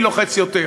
מי לוחץ יותר.